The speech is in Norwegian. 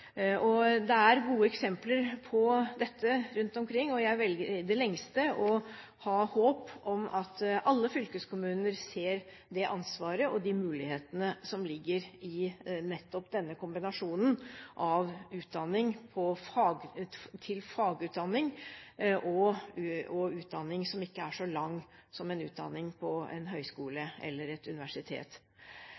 Det er gode eksempler på dette rundt omkring, og jeg velger i det lengste å ha håp om at alle fylkeskommuner ser det ansvaret og de mulighetene som ligger i nettopp denne kombinasjonen av utdanning – fagutdanning og utdanning som ikke er så lang som på en høyskole